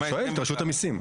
אני שואל את רשות המיסים.